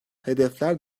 hedefler